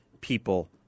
people